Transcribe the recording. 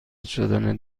شدن